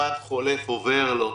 הזמן חולף עובר לו,